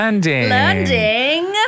learning